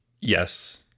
Yes